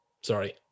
Sorry